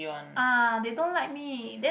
ah they don't like me then